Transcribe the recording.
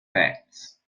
facts